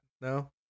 no